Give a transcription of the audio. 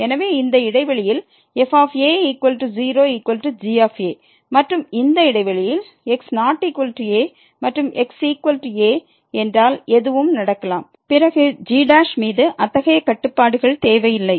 எனவே இந்த இடைவெளியில் f a0g மற்றும் இந்த இடைவெளியில் x≠a மற்றும் xa என்றால் எதுவும் நடக்கலாம் பிறகு g மீது அத்தகைய கட்டுப்பாடுகள் தேவையில்லை